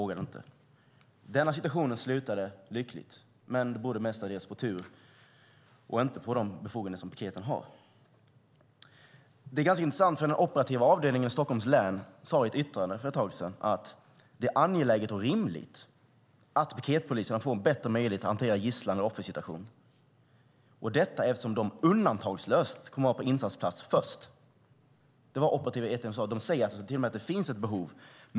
Denna situation slutade lyckligt, men det berodde mestadels på tur och inte på piketens befogenheter. Det är ganska intressant att den operativa avdelningen i Stockholms län för ett tag sedan yttrade att det är angeläget och rimligt att piketpoliserna får en bättre möjlighet att hantera gisslan och offersituationer, eftersom de undantagslöst kommer att vara på insatsplatsen först. De säger alltså till och med att det finns ett behov.